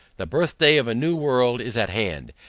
the birthday of a new world is at hand,